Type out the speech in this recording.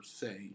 say